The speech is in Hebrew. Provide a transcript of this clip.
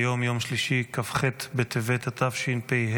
היום יום שלישי, כ"ח בטבת התשפ"ה,